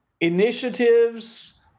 initiatives